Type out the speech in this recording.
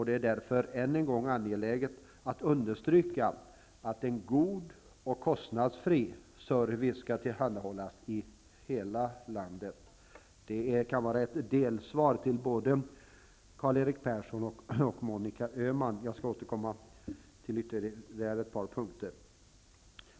Det är därför angeläget att än en gång understryka att en god och kostnadsfri service skall tillhandahållas hela landet. Detta kan betraktas som ett delsvar till både Karl-Erik Persson och Monica Öhman. Jag återkommer senare till ytterligare ett par punkter.